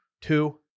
two